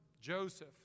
Joseph